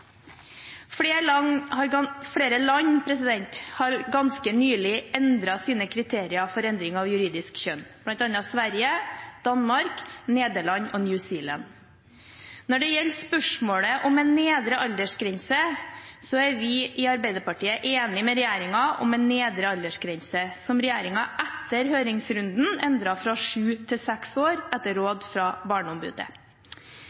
Flere land har ganske nylig endret sine kriterier for endring av juridisk kjønn, bl.a. Sverige, Danmark, Nederland og New Zealand. Når det gjelder spørsmålet om en nedre aldersgrense, er vi i Arbeiderpartiet enige med regjeringen om en nedre aldersgrense, som regjeringen etter høringsrunden endret fra sju til seks år, etter